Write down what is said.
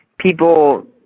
people